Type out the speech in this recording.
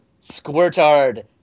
Squirtard